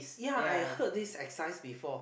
ya I heard this exercise before